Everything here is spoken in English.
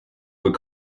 were